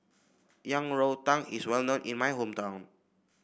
Yang Rou Tang is well known in my hometown